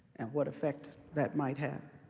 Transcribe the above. and what effect that might have?